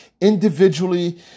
individually